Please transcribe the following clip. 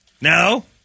No